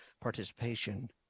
participation